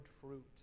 fruit